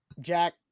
Jack